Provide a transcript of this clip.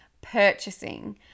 purchasing